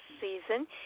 season